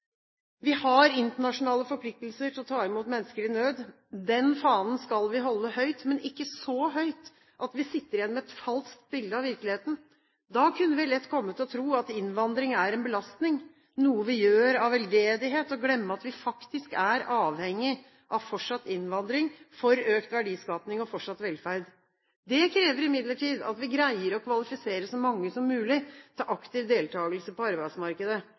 Vi har internasjonale forpliktelser til å ta imot mennesker i nød. Den fanen skal vi holde høyt, men ikke så høyt at vi sitter igjen med et falskt bilde av virkeligheten. Da kunne vi lett komme til å tro at innvandring er en belastning, noe vi gjør av veldedighet, og glemme at vi faktisk er avhengig av fortsatt innvandring for økt verdiskaping og fortsatt velferd. Det krever imidlertid at vi greier å kvalifisere så mange som mulig til aktiv deltakelse på arbeidsmarkedet.